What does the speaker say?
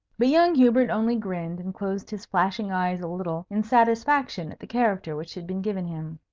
but young hubert only grinned, and closed his flashing eyes a little, in satisfaction at the character which had been given him.